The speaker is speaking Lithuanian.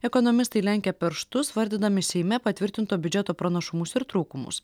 ekonomistai lenkia perštus vardydami seime patvirtinto biudžeto pranašumus ir trūkumus